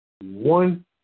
one